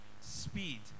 speed